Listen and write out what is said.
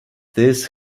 this